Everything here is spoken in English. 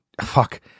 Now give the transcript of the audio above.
fuck